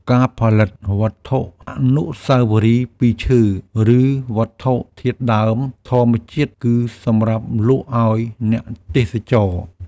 ការផលិតវត្ថុអនុស្សាវរីយ៍ពីឈើ ឬវត្ថុធាតុដើមធម្មជាតិ គឺសម្រាប់លក់ឲ្យអ្នកទេសចរណ៍។